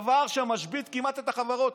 דבר שכמעט משבית את החברות.